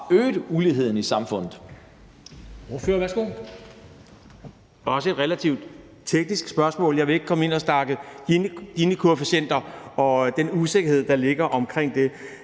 også uligheden i samfundet